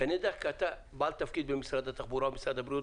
כשאני יודע שאתה בעל תפקיד במשרד התחבורה או במשרד הבריאות,